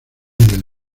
del